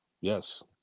yes